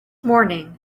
morning